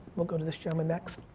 we'll go to this gentleman next.